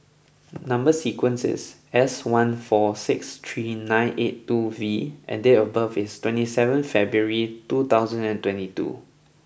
number sequence is S one four six three nine eight two V and date of birth is twenty seven February two thousand and twenty two